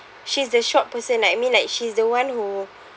she's the shop person like I mean like she's the one who